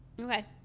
Okay